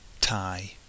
tie